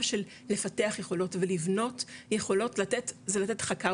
של לפתח יכולות ולבנות יכולות לתת זה לתת 'חכה,